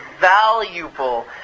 valuable